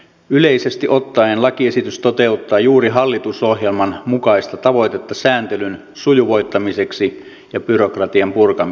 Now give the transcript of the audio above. yleisesti ottaen lakiesitys toteuttaa juuri hallitusohjelman mukaista tavoitetta sääntelyn sujuvoittamiseksi ja byrokratian purkamiseksi